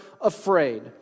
afraid